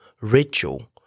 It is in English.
ritual